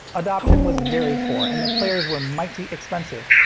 adoption was very poor, and the players were mighty expensive.